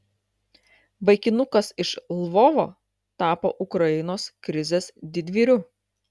vaikinukas iš lvovo tapo ukrainos krizės didvyriu